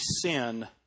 sin